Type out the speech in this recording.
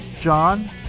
John